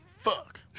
fuck